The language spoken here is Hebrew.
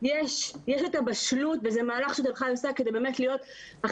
יש את הבשלות וזה מהלך שנעשה כדי להיות אחת